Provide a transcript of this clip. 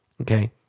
Okay